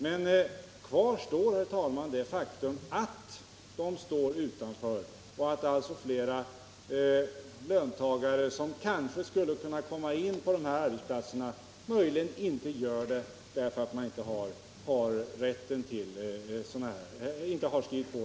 Men faktum är ändå, herr talman, att många står utanför och att alltså flera löntagare kanske skulle ha kunnat komma in på dessa arbetsplatser, om provanställning varit möjlig.